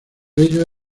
ello